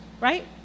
Right